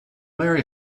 marry